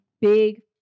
big